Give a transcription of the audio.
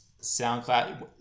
SoundCloud